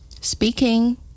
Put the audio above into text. Speaking